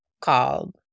called